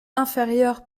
inférieures